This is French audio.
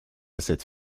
cette